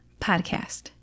podcast